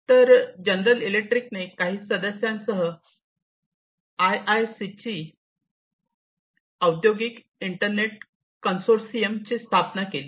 तर जनरल इलेक्ट्रिकने इतर काही सदस्यांसह आयआयसीची औद्योगिक इंटरनेट कन्सोर्शियमची स्थापना केली